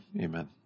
amen